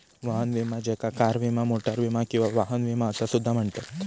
वाहन विमा ज्याका कार विमा, मोटार विमा किंवा वाहन विमा असा सुद्धा म्हणतत